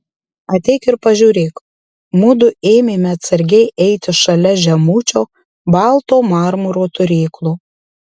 ateik ir pažiūrėk mudu ėmėme atsargiai eiti šalia žemučio balto marmuro turėklo